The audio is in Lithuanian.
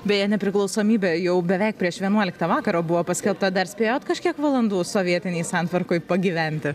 beje nepriklausomybė jau beveik prieš vienuoliktą vakaro buvo paskelbta dar spėjot kažkiek valandų sovietinėj santvarkoj pagyventi